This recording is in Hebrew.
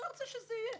צריכים